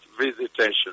visitation